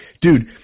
Dude